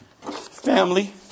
family